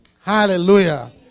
Hallelujah